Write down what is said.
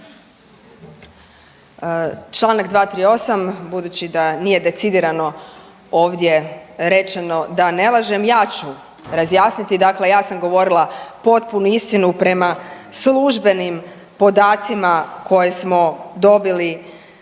Čl. 238. budući da nije decidirano ovdje rečeno da ne lažem, ja ću razjasniti dakle ja sam govorila potpunu istinu prema službenim podacima koje smo dobili